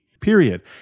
period